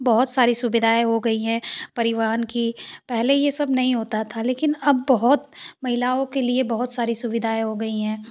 बहुत सारी सुविधायें हो गई है परिवहन की पहले ये सब नहीं होता था लेकिन अब बहुत महिलाओं के लिए बहुत सारी सुविधाएँ हो गई हैं